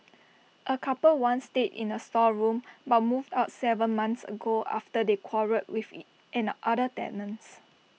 A couple once stayed in the storeroom but moved out Seven months ago after they quarrelled with in other tenants